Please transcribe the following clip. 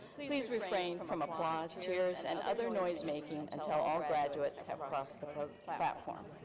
please refrain from applause, cheers, and other noise making and until all graduates have crossed the platform.